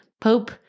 Pope